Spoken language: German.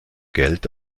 geld